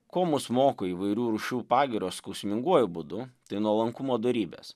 ko mus moko įvairių rūšių pagirios skausminguoju būdu tai nuolankumo dorybės